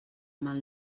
mal